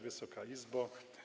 Wysoka Izbo!